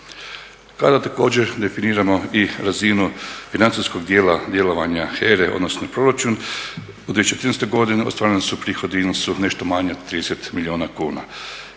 Kada također definiramo i razinu financijskog dijela djelovanja HERA-e, odnosno proračun u 2014. godini ostvareni su prihodi u iznosu nešto manje od 30 milijuna kuna.